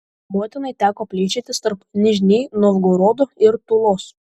motinai teko plėšytis tarp nižnij novgorodo ir tulos